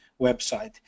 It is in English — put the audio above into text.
website